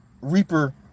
Reaper